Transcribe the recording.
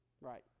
right